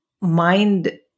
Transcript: mind